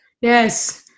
yes